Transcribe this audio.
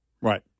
Right